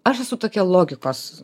aš esu tokia logikos